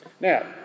Now